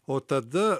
o tada